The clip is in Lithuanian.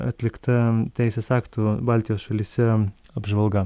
atlikta teisės aktų baltijos šalyse apžvalga